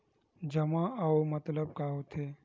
जमा आऊ के मतलब का होथे?